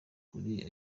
kuri